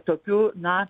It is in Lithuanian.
tokiu na